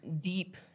deep